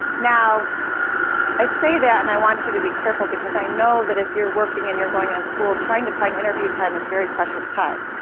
now i say that and i want you to be careful, because i know that if you're working and you're going on school trying to find interview time is very precious time,